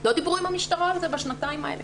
לא דיברו עם המשטרה בשנתיים האלה.